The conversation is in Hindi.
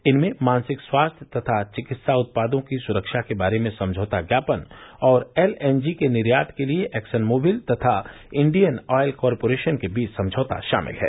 इनमें मानसिक स्वास्थ्य तथा चिकित्सा उत्पादों की सुरक्षा के बारे में समझौता ज्ञापन और एलएनजी के निर्यात के लिए एक्सन मोबिल तथा इंडियन ऑयल कॉरपोरेशन के बीच समझौता शामिल है